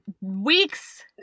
weeks